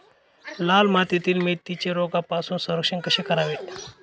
लाल मातीतील मेथीचे रोगापासून संरक्षण कसे करावे?